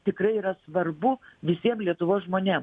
tikrai yra svarbu visiem lietuvos žmonėm